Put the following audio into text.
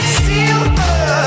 silver